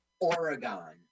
Oregon